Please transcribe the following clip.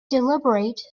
deliberate